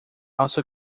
also